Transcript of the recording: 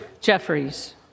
Jeffries